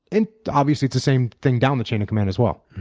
and obviously, it's the same thing down the chain of command, as well.